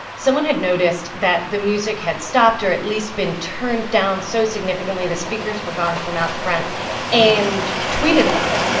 someone had noticed that the music had stopped or at least been turned down so significantly, the speakers were gone from out front and tweeted about it.